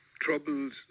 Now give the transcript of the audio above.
Troubles